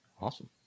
Awesome